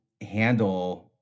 handle